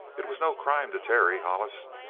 it was no crime to terry hollis,